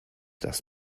das